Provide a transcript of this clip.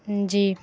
جی